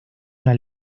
una